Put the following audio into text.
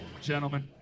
Gentlemen